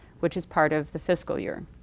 which is part of the fiscal year.